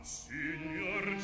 signor